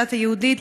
הדת היהודית,